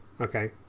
Okay